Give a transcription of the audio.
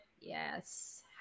yes